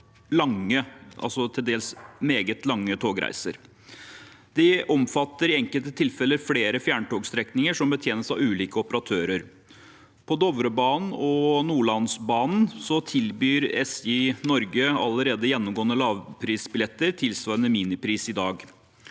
meget lange – togreiser. De omfatter i enkelte tilfeller flere fjerntogstrekninger som betjenes av ulike operatører. På Dovrebanen og Nordlandsbanen tilbyr SJ Norge allerede gjennomgående lavprisbilletter tilsvarende minipris i dag.